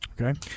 Okay